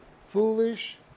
foolish